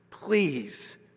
please